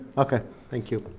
okay, thank you.